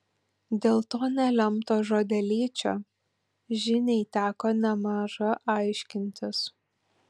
dėl to nelemto žodelyčio žiniai teko nemaža aiškintis